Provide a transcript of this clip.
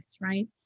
right